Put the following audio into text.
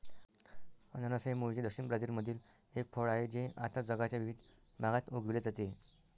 अननस हे मूळचे दक्षिण ब्राझीलमधील एक फळ आहे जे आता जगाच्या विविध भागात उगविले जाते